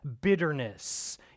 bitterness